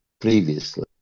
previously